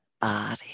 body